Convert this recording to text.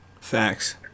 facts